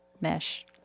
Mesh